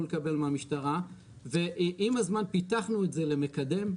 לקבל מהמשטרה ואם הזמן פיתחנו את למקדם.